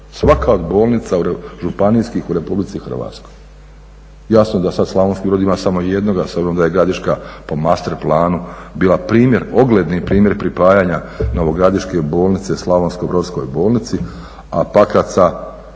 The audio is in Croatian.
svaka od bolnica županijskih u Republici Hrvatskoj. Jasno da sad Slavonski Brod ima samo jednoga s obzirom da je gradiška po master planu bila primjer, ogledni primjer pripajanja novogradiške bolnice slavonsko brodskoj bolnici, a Pakraca,